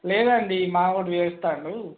లేదండి మావోడు వేస్తున్నాడు